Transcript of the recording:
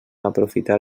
aprofitar